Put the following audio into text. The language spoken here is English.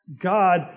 God